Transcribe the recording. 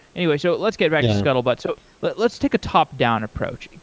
anyway, so let's get back to scuttlebutt. so but let's take a top-down approach.